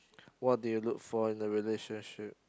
what do you look for in a relationship